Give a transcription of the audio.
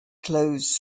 closed